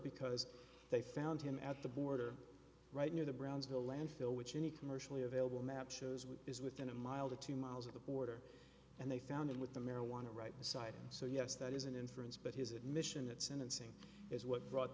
because they found him at the border right near the brownsville landfill which any commercially available map shows which is within a mile to two miles of the border and they found him with the marijuana right beside him so yes that is an inference but his admission that sentencing is what brought